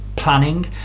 planning